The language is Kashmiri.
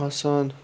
آسان